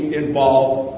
involved